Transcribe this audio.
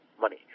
money